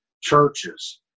churches